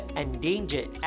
endangered